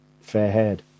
fair-haired